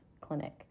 clinic